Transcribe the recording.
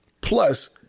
Plus